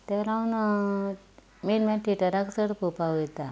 ताका लागून मेन म्हळ्या थेटराक चड पळोवपा वयता